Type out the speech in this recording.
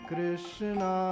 Krishna